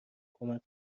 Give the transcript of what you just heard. کمک